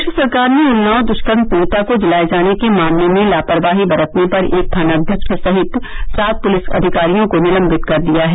प्रदेश सरकार ने उन्नाव दुष्कर्म पीड़िता को जलाए जाने के मामले में लापरवाही बरतने पर एक थानाध्यक्ष सहित सात पुलिस अधिकारियों को निलम्बित कर दिया है